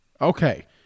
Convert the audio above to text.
Okay